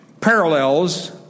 parallels